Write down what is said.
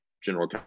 general